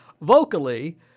vocally